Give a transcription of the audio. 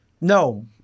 No